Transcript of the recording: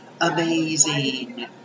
Amazing